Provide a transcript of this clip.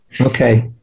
Okay